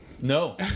no